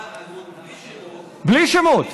בלי שמות.